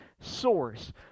source